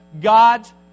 God's